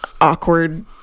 awkward